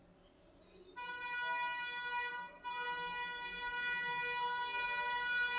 ಅಡಿಕಿಯೊಳಗ ಕ್ಯಾಸನೂರು ಅಡಿಕೆ ತಳಿತುಂಬಾ ಪ್ರಸಿದ್ಧ